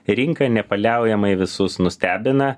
rinka nepaliaujamai visus nustebina